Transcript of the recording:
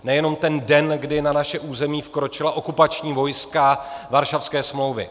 Nejenom ten den, kdy na naše území vkročila okupační vojska Varšavské smlouvy.